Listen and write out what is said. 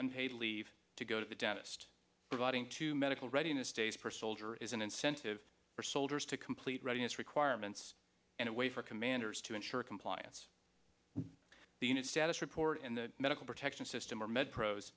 unpaid leave to go to the dentist providing two medical readiness days per soldier is an incentive for soldiers to complete readiness requirements in a way for commanders to ensure compliance the unit status report in the medical protection system or med pros